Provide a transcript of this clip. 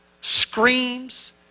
screams